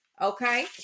Okay